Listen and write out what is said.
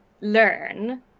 learn